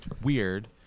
weird